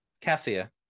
Cassia